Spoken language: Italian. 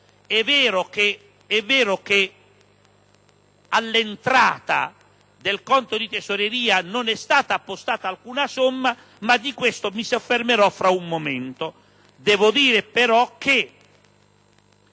È vero che, all'entrata del conto di tesoreria, non è stata appostata alcuna somma, ma su questo mi soffermerò tra un momento.